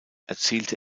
erzielte